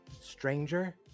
Stranger